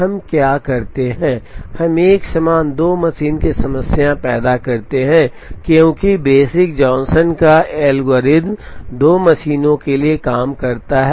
हम यहां क्या करते हैं हम एक समान 2 मशीन की समस्या पैदा करते हैं क्योंकि बेसिक जॉनसन का एल्गोरिथ्म 2 मशीनों के लिए काम करता है